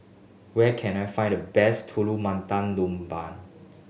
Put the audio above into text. where can I find the best Telur Mata Lembu